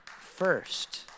First